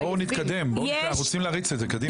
בואו נתקדם, רוצים להריץ את זה, קדימה.